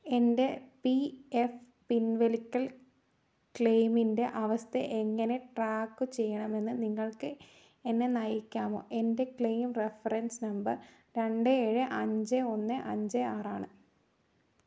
എൻ്റെ P F പിൻവലിക്കൽ ക്ലെയിമിൻ്റെ അവസ്ഥ എങ്ങനെ ട്രാക്കു ചെയ്യണമെന്ന് നിങ്ങൾക്ക് എന്നെ നയിക്കാമോ എൻ്റെ ക്ലെയിം റഫറൻസ് നമ്പർ രണ്ട് ഏഴ് അഞ്ച് ഒന്ന് അഞ്ച് ആറാണ്